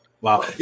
Wow